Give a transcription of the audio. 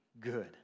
good